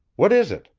what is it?